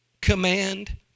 command